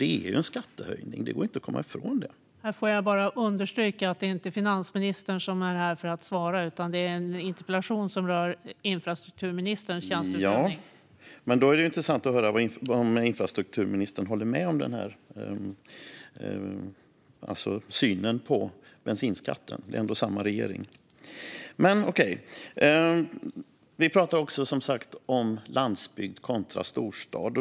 Det är en skattehöjning; det går ju inte att komma ifrån det. Ja, men det vore intressant att höra om infrastrukturministern håller med om den här synen på bensinskatten. Det är ändå samma regering. Vi talar som sagt även om landsbygd kontra storstad.